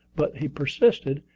but he persisted,